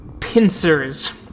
pincers